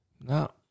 No